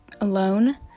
alone